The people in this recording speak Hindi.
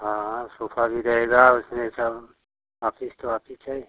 हाँ हाँ सोफा भी रहेगा उसमें सब आफिस तो आफिस है